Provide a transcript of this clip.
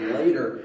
later